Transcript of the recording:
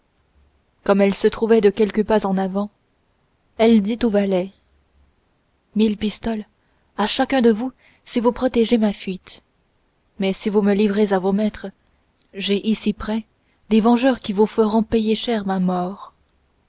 comme elle se trouvait de quelques pas en avant elle dit aux valets mille pistoles à chacun de vous si vous protégez ma fuite mais si vous me livrez à vos maîtres j'ai ici près des vengeurs qui vous feront payer cher ma mort